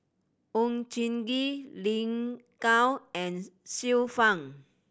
Oon Jin Gee Lin Gao and Xiu Fang